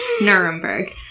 Nuremberg